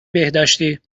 بهداشتی